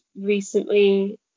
recently